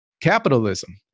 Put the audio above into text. Capitalism